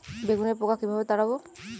বেগুনের পোকা কিভাবে তাড়াব?